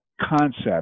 concept